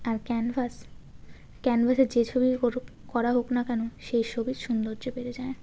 আর canvas ক্যানভাসে যে ছবিই করুক করা হোক না কেন সেই ছবির সৌন্দর্য বেড়ে যায়